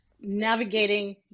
navigating